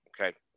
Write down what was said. Okay